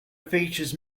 features